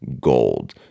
gold